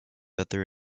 other